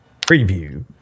preview